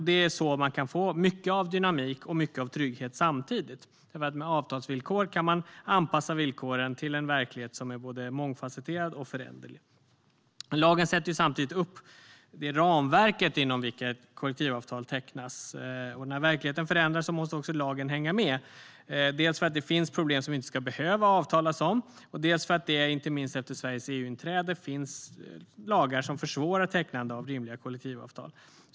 Det är så man kan få mycket av dynamik och mycket av trygghet samtidigt. Med avtalslösningar kan man anpassa villkoren till en verklighet som är både mångfacetterad och föränderlig. Lagen sätter samtidigt upp det ramverk inom vilket kollektivavtalen tecknas, och när verkligheten förändras måste också lagen hänga med - dels för att det finns problem som man inte ska behöva avtala om, dels för att det, inte minst efter Sveriges EU-inträde, finns lagar som försvårar tecknande av rimliga kollektivavtal.